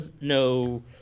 no